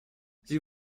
sie